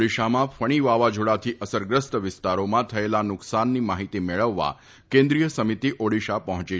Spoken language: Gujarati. ઓડિશામાં ફણી વાવાઝોડાથી અસરગ્રસ્ત વિસ્તારોમાં થયેલા નુકસાનની માહિતી મેળવવા કેન્દ્રીય સમિતિ ઓડિશા પહોંચી છે